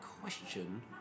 question